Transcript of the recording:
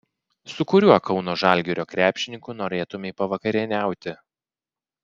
su kuriuo kauno žalgirio krepšininku norėtumei pavakarieniauti